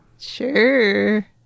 Sure